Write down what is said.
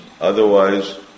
Otherwise